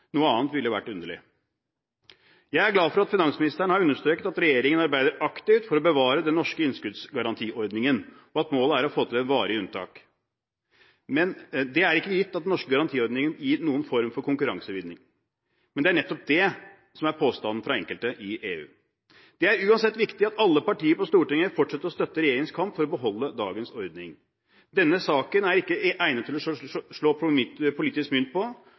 Noe annet ville vært underlig. Jeg er glad for at finansministeren har understreket at regjeringen arbeider aktivt for å bevare den norske innskuddsgarantiordningen, og at målet er å få til et varig unntak. Det er ikke gitt at den norske garantiordningen gir noen form for konkurransevridning. Men det er nettopp det som er påstanden fra enkelte i EU. Det er uansett viktig at alle partier på Stortinget fortsetter å støtte regjeringens kamp for å beholde dagens ordning. Denne saken er ikke egnet til å slå politisk mynt på.